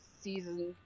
season